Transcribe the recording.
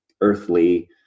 earthly